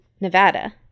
Nevada